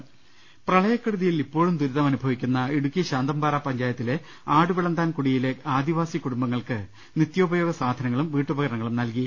്്്്്്്് പ്രളയക്കെടുതിയിൽ ഇപ്പോഴും ദൂരിതമനുഭവിക്കുന്ന ഇടുക്കി ശാന്തമ്പാറ പഞ്ചായത്തിലെ ആടുവിളന്താൻ കുടിയിലെ ആദിവാസി കുടുംബങ്ങൾക്ക് നിത്യോപയോഗ സാധനങ്ങളും വീട്ടുപകരണങ്ങളും നൽകി